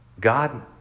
God